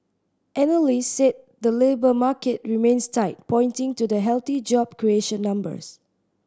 analysts said the labour market remains tight pointing to the healthy job creation numbers